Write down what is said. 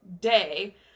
day